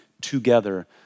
together